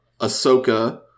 Ahsoka